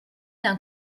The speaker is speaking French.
d’un